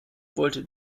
wollte